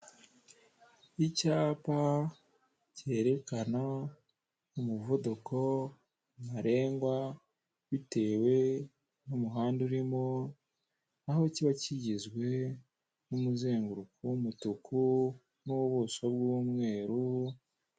Icyapa cyerekana umuvuduko ntarengwa bitewe n'umuhanda urimo aho kIba kigizwe n'umuzenguruko w'umutuku n'ubuso bw'umweru.,